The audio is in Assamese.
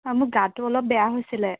হয় মোৰ গাটো অলপ বেয়া হৈছিলে